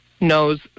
knows